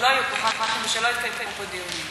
שלא יתקיימו פה דיונים.